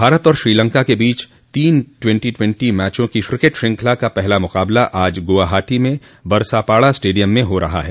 भारत और श्रीलंका के बीच तीन ट्वेंटी ट्वेंटी मैचों की क्रिकेट श्रृंखला का पहला मुकाबला आज गुवाहाटी के बरसापाड़ा स्टेडियम में हो रहा है